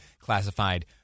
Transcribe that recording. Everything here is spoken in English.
classified